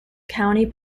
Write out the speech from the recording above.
county